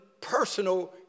personal